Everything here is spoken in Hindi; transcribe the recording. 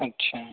अच्छा